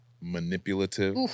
manipulative